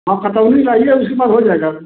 हाँ खतौनी लाइए उसी में हो जाएगा